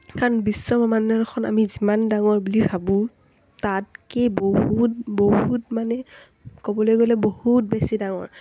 কাৰণ বিশ্বব্ৰহ্মাণ্ডখন আমি যিমান ডাঙৰ বুলি ভাবোঁ তাতকৈ বহুত বহুত মানে ক'বলৈ গ'লে বহুত বেছি ডাঙৰ